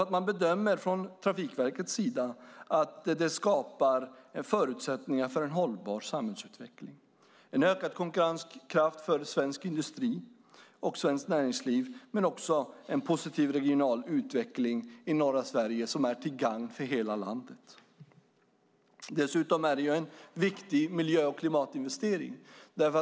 Trafikverket bedömer att det skapar förutsättningar för en hållbar samhällsutveckling och ökad konkurrenskraft för svensk industri och svenskt näringsliv men också en positiv regional utveckling i norra Sverige som är till gagn för hela landet. Dessutom är investeringen en viktig miljö och klimatinvestering.